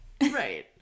right